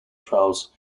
troughs